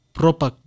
proper